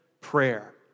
prayer